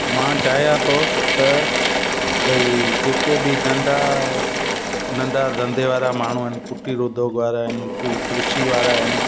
मां चाहियां थो त भई जेके बि धंधा नंढा धंधे वारा माण्हू कुटीर उद्योग वारा आहिनि कुझु कृषि वारा आहिनि